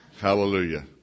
Hallelujah